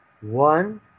one